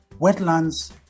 Wetlands